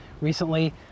recently